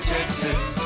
Texas